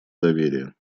доверие